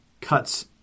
cuts